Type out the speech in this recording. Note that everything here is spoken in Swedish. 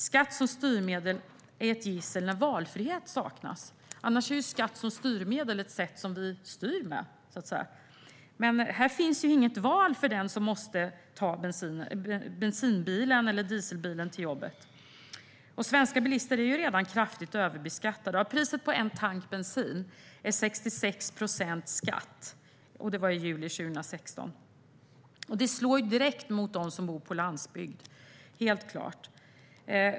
Skatt som styrmedel är ett gissel när valfrihet saknas. Annars är skatt som styrmedel ett sätt vi styr med. Men här finns inget val för den som måste ta bensinbilen eller dieselbilen till jobbet. Svenska bilister är redan kraftigt överbeskattade. Av priset på en tank bensin är 66 procent skatt. Detta var i juli 2016. Det slår helt klart direkt mot dem som bor på landsbygden.